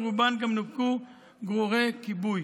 ולרובן גם נופקו גרורי כיבוי.